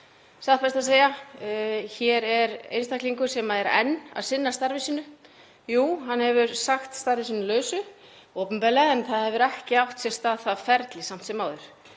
satt best að segja. Hér er einstaklingur sem er enn að sinna starfi sínu. Jú, hann hefur sagt starfi sínu lausu opinberlega en það hefur ekki átt sér stað það ferli samt sem áður.